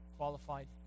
qualified